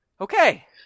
Okay